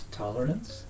tolerance